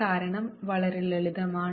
കാരണം വളരെ ലളിതമാണ്